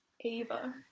Eva